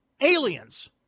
aliens